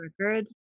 Record